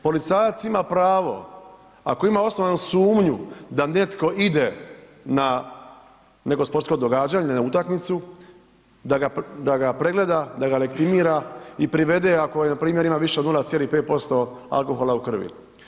Policajac ima pravo ako ima osnovanu sumnju da netko ide na neko sportsko događanje, na utakmicu, da ga pregleda, da ga legitimira i privede ako npr. ima više od 0,5% alkohola u krvi.